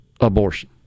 abortion